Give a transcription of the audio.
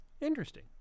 Interesting